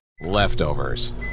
Leftovers